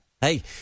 Hey